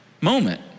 moment